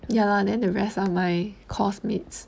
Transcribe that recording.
ya lah then the rest of my coursemates